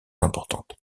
importantes